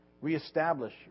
reestablish